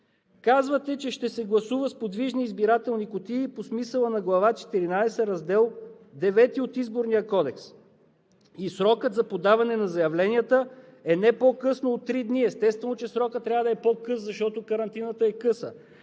Казвате, че ще се гласува с подвижни избирателни кутии по смисъла на Глава четиринадесета, Раздел IХ от Изборния кодекс и срокът за подаване на заявленията е не по-късно от 3 дни. Естествено, че срокът трябва да е по-къс, защото карантината е къса.